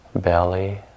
belly